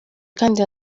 kandi